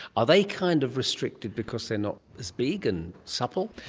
are they kind of restricted because they're not as big and supple?